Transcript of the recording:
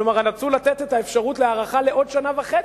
כלומר, רצו לתת את האפשרות להארכה בעוד שנה וחצי.